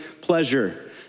pleasure